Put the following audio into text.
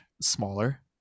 smaller